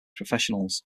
professionals